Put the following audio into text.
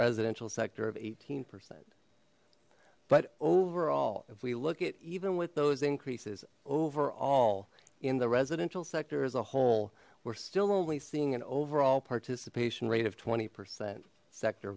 residential sector of eighteen percent but overall if we look at even with those increases overall in the residential sector as a whole we're still only seeing an overall participation rate of twenty percent sector